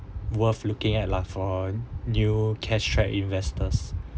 worth looking at lah for new cash track investors